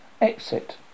Exit